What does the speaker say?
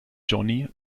johnny